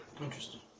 interesting